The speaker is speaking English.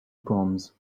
proms